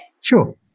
Sure